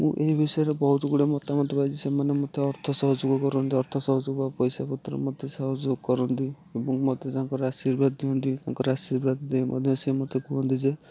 ମୁଁ ଏହି ବିଷୟରେ ବହୁତ ଗୁଡ଼ିଏ ମତାମତ ପାଏ ସେମାନେ ମୋତେ ଅର୍ଥ ସହଯୋଗ କରନ୍ତି ଅର୍ଥ ସହଯୋଗ ପଇସା ପତ୍ର ମୋତେ ସହଯୋଗ କରନ୍ତି ଏବଂ ମୋତେ ତାଙ୍କର ଆଶୀର୍ବାଦ ଦିଅନ୍ତି ତାଙ୍କର ଆଶ୍ରିବାଦ ଦେଇ ମଧ୍ୟ ସେ ମୋତେ କୁହନ୍ତି ଯେ